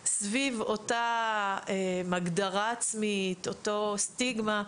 מלהיות סביב אותה הגדרה עצמית, אותה סטיגמה,